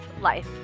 life